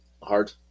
Hard